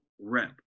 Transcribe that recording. rep